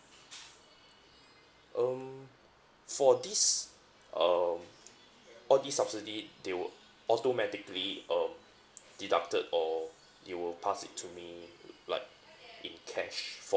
um for this um all this subsidy they will automatically um deducted or you will pass it to me l~ like in cash form